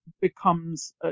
becomes